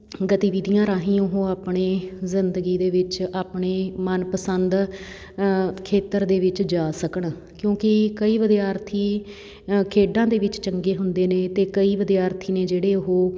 ਗਤੀਵਿਧੀਆਂ ਰਾਹੀਂ ਉਹ ਆਪਣੇ ਜ਼ਿੰਦਗੀ ਦੇ ਵਿੱਚ ਆਪਣੇ ਮਨਪਸੰਦ ਖੇਤਰ ਦੇ ਵਿੱਚ ਜਾ ਸਕਣ ਕਿਉਂਕਿ ਕਈ ਵਿਦਿਆਰਥੀ ਖੇਡਾਂ ਦੇ ਵਿੱਚ ਚੰਗੇ ਹੁੰਦੇ ਨੇ ਅਤੇ ਕਈ ਵਿਦਿਆਰਥੀ ਨੇ ਜਿਹੜੇ ਉਹ